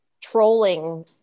trolling